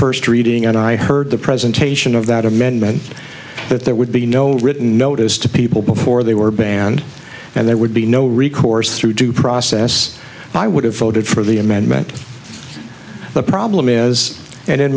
first reading and i heard the presentation of that amendment that there would be no written notice to people before they were banned and there would be no recourse through due process i would have voted for the amendment the problem is and